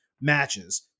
matches